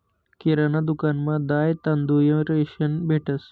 किराणा दुकानमा दाय, तांदूय, रेशन भेटंस